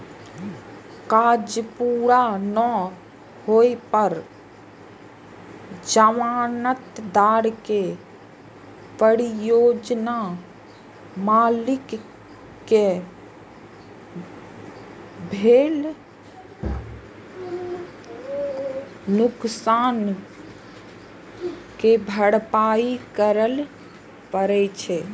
काज पूरा नै होइ पर जमानतदार कें परियोजना मालिक कें भेल नुकसानक भरपाइ करय पड़ै छै